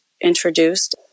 introduced